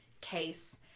case